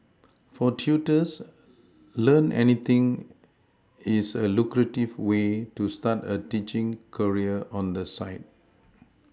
for tutors learn anything is a lucrative way to start a teaching career on the side